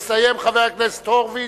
יסיים חבר הכנסת הורוביץ,